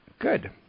Good